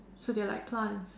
so they are like plants